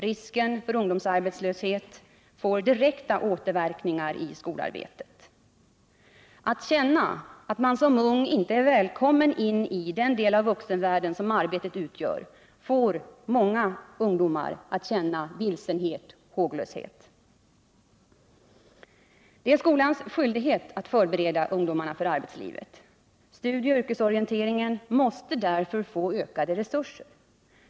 Risken för ungdomsarbetslöshet får direkta återverkningar i skolarbetet. Att känna att man som ung inte är välkommen in i den del av vuxenvärlden som arbetet utgör får många ungdomar att känna vilsenhet och håglöshet. Det är skolans skyldighet att förbereda ungdomarna för arbetslivet. Studieoch yrkesorienteringen måste därför få ökade resurser.